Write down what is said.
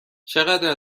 چقدر